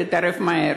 ותתערב מהר.